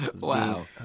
Wow